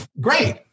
great